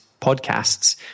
podcasts